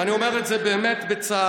ואני אומר את זה באמת בצער,